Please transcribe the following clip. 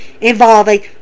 involving